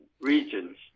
regions